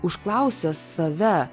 užklausia save